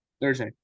Thursday